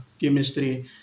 chemistry